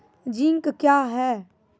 Zinc क्या हैं?